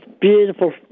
beautiful